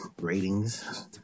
ratings